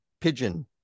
pigeon